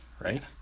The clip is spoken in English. right